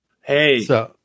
Hey